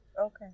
Okay